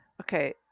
Okay